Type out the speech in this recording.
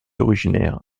originaire